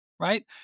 right